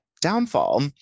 downfall